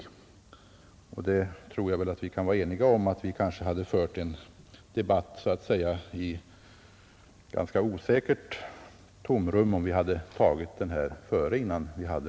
Om så icke skett, tror jag att vi kan vara eniga om att vi hade fått föra en debatt i ett ganska osäkert klimat.